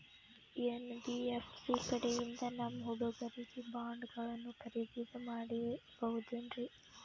NBFC ಕಡೆಯಿಂದ ನಮ್ಮ ಹುಡುಗರಿಗೆ ಬಾಂಡ್ ಗಳನ್ನು ಖರೀದಿದ ಮಾಡಬಹುದೇನ್ರಿ?